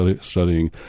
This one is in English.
studying